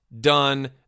done